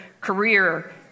career